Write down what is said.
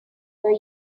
were